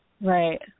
Right